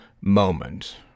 moment